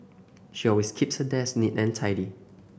she always keeps her desk neat and tidy